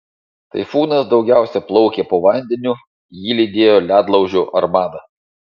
taifūnas daugiausia plaukė po vandeniu jį lydėjo ledlaužių armada